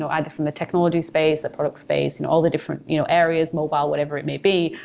so either from a technology space, a product space, in all the different you know areas, mobile, whatever it may be,